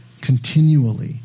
continually